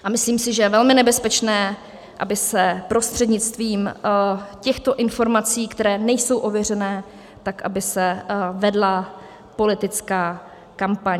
A myslím si, že je velmi nebezpečné, aby se prostřednictvím těchto informací, které nejsou ověřené, tak aby se vedla politická kampaň.